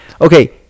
okay